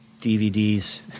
DVDs